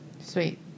Sweet